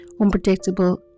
unpredictable